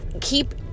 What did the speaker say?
keep